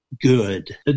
Good